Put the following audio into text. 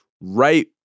right